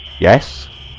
yes